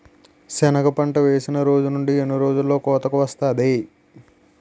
సెనగ పంట వేసిన రోజు నుండి ఎన్ని రోజుల్లో కోతకు వస్తాది?